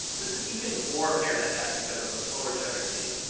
this is even more apparent at night because of the slower shutter speed.